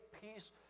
peace